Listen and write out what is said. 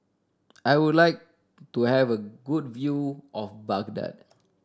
I would like to have a good view of Baghdad